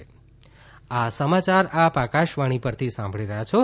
corona સંદેશ આ સમાચાર આપ આકાશવાણી પરથી સાંભળી રહ્યા છો